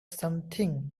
something